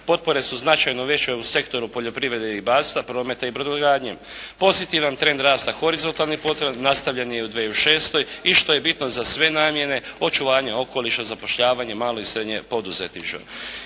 Potpore su značajno veće u sektoru poljoprivrede i ribarstva, prometa i brodogradnje. Pozitivan trend rasta horizontalnih potreba nastavljen je u 2006. i što je bitno za sve namjene očuvanje okoliša zapošljavanje, malo i srednje poduzetništvo.